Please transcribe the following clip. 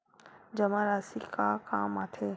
जमा राशि का काम आथे?